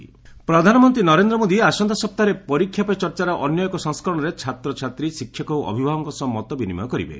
ପରୀକ୍ଷା ପେ ଚଚ୍ଚା ପ୍ରଧାନମନ୍ତ୍ରୀ ନରେନ୍ଦ୍ର ମୋଦି ଆସନ୍ତା ସପ୍ତାହରେ 'ପରୀକ୍ଷା ପେ ଚର୍ଚ୍ଚାର ଅନ୍ୟ ଏକ ସଂସ୍କରଣରେ ଛାତ୍ରଛାତ୍ରୀ ଶିକ୍ଷକ ଏବଂ ଅଭିଭାବକଙ୍କ ସହ ମତ ବିନିମୟ କରିବେ